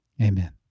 Amen